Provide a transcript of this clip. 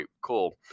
cool